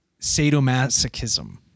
sadomasochism